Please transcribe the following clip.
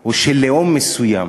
או של לאום מסוים,